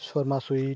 Sona sweet